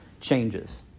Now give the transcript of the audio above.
changes